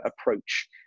approach